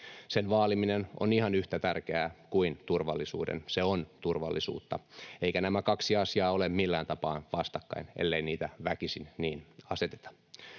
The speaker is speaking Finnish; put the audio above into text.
Sen vaaliminen on ihan yhtä tärkeää kuin turvallisuuden, se on turvallisuutta, eivätkä nämä kaksi asiaa ole millään tapaa vastakkain, ellei niitä väkisin niin aseteta.